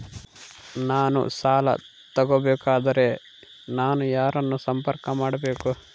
ನಾನು ಸಾಲ ತಗೋಬೇಕಾದರೆ ನಾನು ಯಾರನ್ನು ಸಂಪರ್ಕ ಮಾಡಬೇಕು?